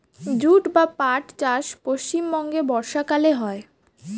jute বা পাট চাষ পশ্চিমবঙ্গে বর্ষাকালে হয়